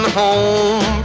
home